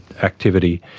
activity.